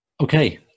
okay